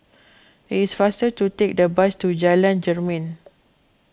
it is faster to take the bus to Jalan Jermin